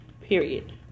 Period